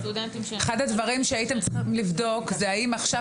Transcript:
אחד הדברים שהייתם צריכים לבדוק זה האם עכשיו,